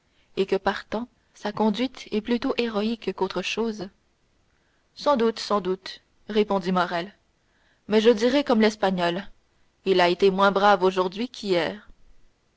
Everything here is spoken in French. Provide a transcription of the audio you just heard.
et que partant sa conduite est plutôt héroïque qu'autre chose sans doute sans doute répondit morrel mais je dirai comme l'espagnol il a été moins brave aujourd'hui qu'hier